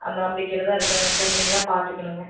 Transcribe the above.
அந்த நம்பிக்கையில தான் இருக்கிறேங்க சார் நீங்க தான் பார்த்துக்கணுங்க